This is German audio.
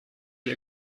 die